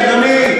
אדוני,